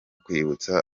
kwibutsa